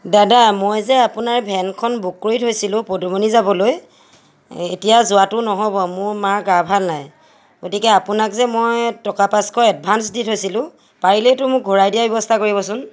দাদা মই যে আপোনাৰ ভেনখন বুক কৰি থৈছিলোঁ পদুমণি যাবলৈ এতিয়া যোৱাটো নহ'ব মোৰ মাৰ গা ভাল নাই গতিকে আপোনাক যে মই টকা পাঁচশ এডভাঞ্চ দি থৈছিলোঁ পাৰিলে সেইটো মোক ঘূৰাই দিয়াৰ ব্যৱস্থা কৰিবচোন